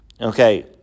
okay